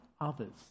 others